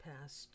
past